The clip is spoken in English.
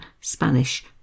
Spanish